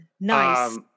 Nice